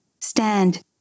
Stand